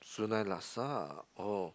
Soon Lai Laksa oh